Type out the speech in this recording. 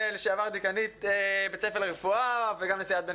לשעבר דיקנית בית ספר לרפואה וגם נשיאת בן